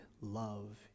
love